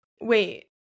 wait